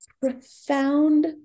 profound